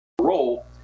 role